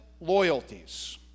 loyalties